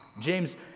James